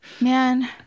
Man